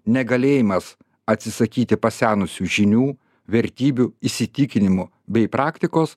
negalėjimas atsisakyti pasenusių žinių vertybių įsitikinimų bei praktikos